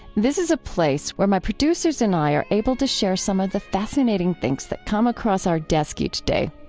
this is a place where my producers and i are able to share some of the fascinating things that come across our desk each day.